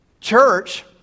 Church